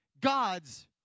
God's